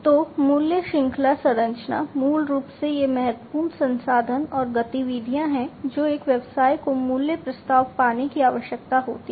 तो मूल्य श्रृंखला संरचना मूल रूप से ये महत्वपूर्ण संसाधन और गतिविधियाँ हैं जो एक व्यवसाय को मूल्य प्रस्ताव बनाने की आवश्यकता होती है